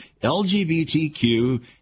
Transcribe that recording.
LGBTQ